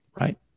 right